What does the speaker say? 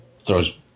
throws